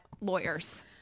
lawyers